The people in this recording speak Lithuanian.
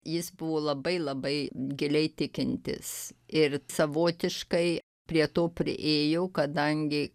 jis buvo labai labai giliai tikintis ir savotiškai prie to priėjo kadangi